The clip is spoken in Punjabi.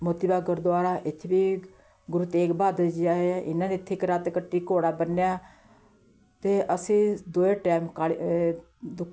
ਮੋਤੀ ਬਾਗ ਗੁਰਦੁਆਰਾ ਇੱਥੇ ਵੀ ਗੁਰੂ ਤੇਗ ਬਹਾਦਰ ਜੀ ਆਏ ਹੈ ਇਹਨਾਂ ਨੇ ਇੱਥੇ ਇੱਕ ਰਾਤ ਕੱਟੀ ਘੋੜਾ ਬੰਨ੍ਹਿਆ ਅਤੇ ਅਸੀਂ ਦੋਹੇ ਟਾਈਮ ਕਾਲੇ ਦੁੱਖ